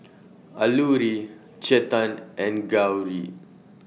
Alluri Chetan and Gauri